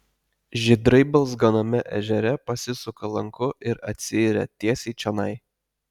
žydrai balzganame ežere pasisuka lanku ir atsiiria tiesiai čionai